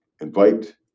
invite